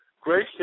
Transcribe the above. Great